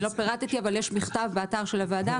לא פירטתי אבל יש פירוט בכתב באתר הוועדה